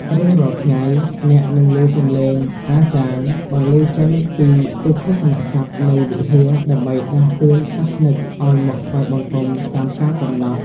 រៀងរាល់ថ្ងៃ អ្នកនឹងឮសម្លេងអាហ្សាន បន្លឺចេញពីឧគ្ឃោសនសព្ទនៃវិហារ ដើម្បីដាស់តឿនសាសនិកឱ្យមកថ្វាយបង្គំតាមកាលកំណត់។